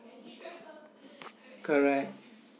correct